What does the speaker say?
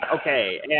Okay